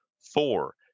Four